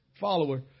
follower